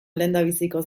lehendabizikoz